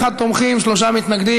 41 תומכים, שלושה מתנגדים.